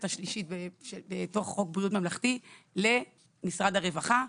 השלישית בתוך חוק בריאות ממלכתי למשרד הרווחה,